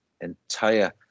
entire